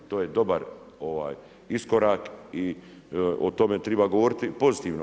To je dobar iskorak i o tome treba govoriti pozitivno.